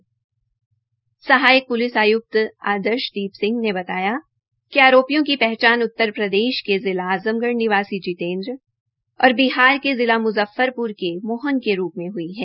police प्रवक्ता सहायक police आय्क्त आदर्शदीप सिंह ने बताया कि आरोपियों की पहचान उत्तरप्रदेश के जिला आज़मगढ़ निवासी जितेंद्र और बिहार के जिला मुज़फरपुर के मोहन के रूप में हई है